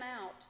out